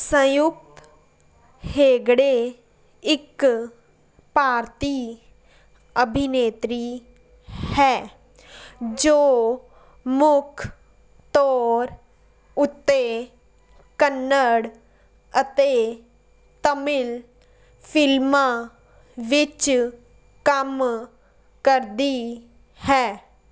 ਸੰਯੁਕਤ ਹੇਗੜੇ ਇੱਕ ਭਾਰਤੀ ਅਭਿਨੇਤਰੀ ਹੈ ਜੋ ਮੁੱਖ ਤੌਰ ਉੱਤੇ ਕੰਨੜ ਅਤੇ ਤਾਮਿਲ ਫ਼ਿਲਮਾਂ ਵਿੱਚ ਕੰਮ ਕਰਦੀ ਹੈ